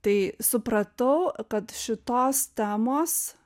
tai supratau kad šitos temos